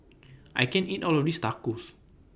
I can't eat All of This Tacos